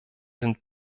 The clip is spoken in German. sind